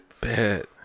Bet